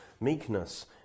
Meekness